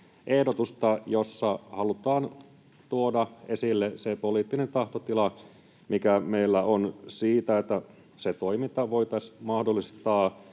lausumaehdotusta, jossa halutaan tuoda esille se poliittinen tahtotila, mikä meillä on, että se toiminta voitaisiin mahdollistaa